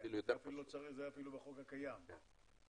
זה אפילו בחוק הקיים.